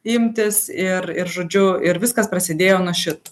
imtis ir ir žodžiu ir viskas prasidėjo nuo šito